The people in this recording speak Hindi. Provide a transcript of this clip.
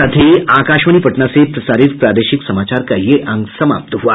इसके साथ ही आकाशवाणी पटना से प्रसारित प्रादेशिक समाचार का ये अंक समाप्त हुआ